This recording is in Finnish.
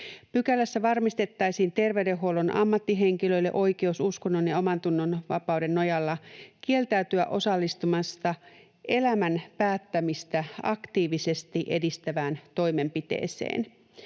Pykälässä varmistettaisiin terveydenhuollon ammattihenkilöille oikeus uskonnon ja omantunnon vapauden nojalla kieltäytyä osallistumasta elämän päättämistä aktiivisesti edistävään toimenpiteeseen.